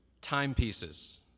timepieces